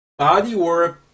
Bodywork